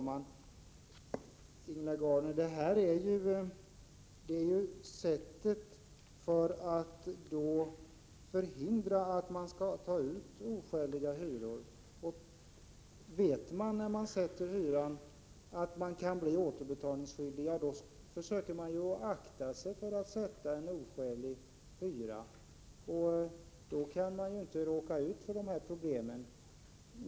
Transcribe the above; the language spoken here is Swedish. Herr talman! Det här är ju sättet för att förhindra att någon tar ut oskäliga hyror, Ingela Gardner. Vet man när man sätter hyran att man kan bli återbetalningsskyldig, försöker man väl akta sig för att sätta en oskälig hyra. Då kan man ju inte råka ut för sådana problem.